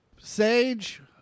Sage